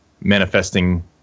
manifesting